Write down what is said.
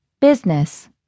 Business